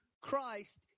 Christ